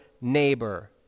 neighbor